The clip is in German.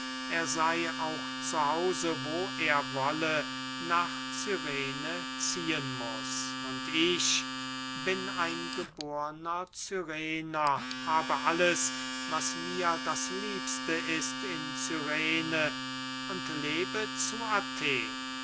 er sey auch zu hause wo er wolle nach cyrene ziehen muß und ich bin ein geborner cyrener habe alles was mir das liebste ist in cyrene und lebe zu athen